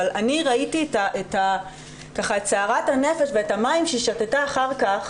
אבל אני ראיתי את סערת הנפש ואת המים שהיא שתתה אחר כך.